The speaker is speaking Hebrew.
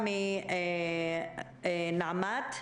גלי עציון מנעמ"ת.